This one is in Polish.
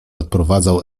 odprowadzał